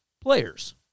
players